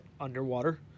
underwater